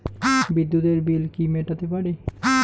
বিদ্যুতের বিল কি মেটাতে পারি?